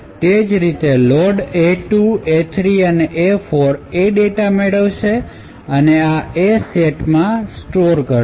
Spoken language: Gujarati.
તે જ રીતે લોડ A2 અને A3 અને A4 એ ડેટા મેળવશે અને આ Aસેટમાં સ્ટોર કરશે